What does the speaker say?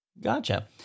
Gotcha